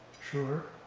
sure.